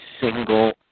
single